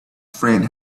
friend